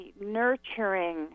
nurturing